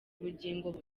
ubugingo